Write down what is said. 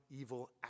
evil